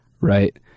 right